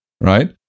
right